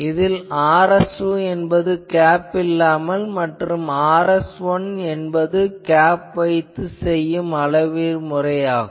இதில் Rs2 என்பது cap இல்லாமல் மற்றும் Rs1 கேப் வைத்து செய்யும் போது உள்ளவை ஆகும்